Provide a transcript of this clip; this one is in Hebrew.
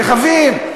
רכבים.